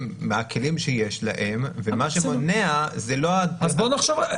בכלים שיש להם ומה שמונע זה לא --- אז בואו נחשוב.